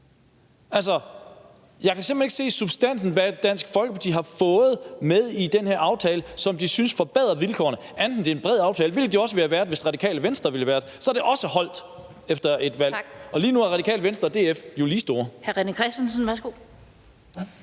Jeg kan simpelt hen ikke se i substansen, hvad Dansk Folkeparti har fået med i den her aftale, som de synes forbedrer vilkårene, andet end at det er en bred aftale, hvilket det også ville have været, hvis Det Radikale Venstre havde været med, for så havde det også holdt efter et valg. Lige nu er Det Radikale Venstre og DF jo lige store.